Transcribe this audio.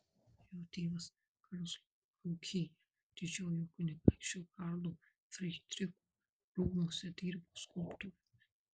jo tėvas karlsrūhėje didžiojo kunigaikščio karlo frydricho rūmuose dirbo skulptoriumi